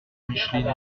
micheline